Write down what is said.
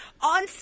on